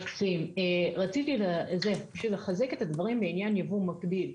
רציתי פשוט לחזק את הדברים לעניין יבוא מקביל,